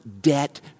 debt